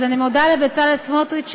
אז אני מודה לבצלאל סמוטריץ,